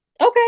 okay